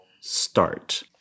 start